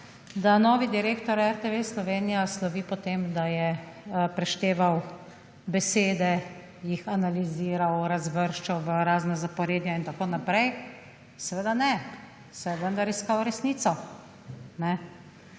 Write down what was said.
da novi direktor RTV Slovenija slovi po tem, da je prešteval besede, jih analiziral, razvrščal v razna zaporedja in tako naprej. Seveda ne, saj je vendar iskal resnico.